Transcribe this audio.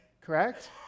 correct